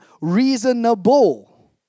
reasonable